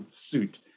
suit